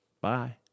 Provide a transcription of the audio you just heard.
Bye